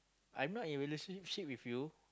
I am not in relationship with you